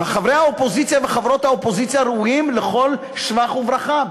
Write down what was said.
וחברי האופוזיציה וחברות האופוזיציה ראויים לכל שבח וברכה,